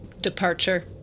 departure